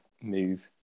move